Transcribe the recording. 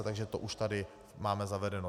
Takže to už tady máme zavedeno.